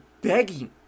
begging